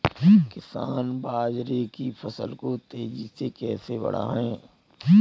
किसान बाजरे की फसल को तेजी से कैसे बढ़ाएँ?